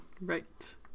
Right